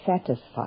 satisfied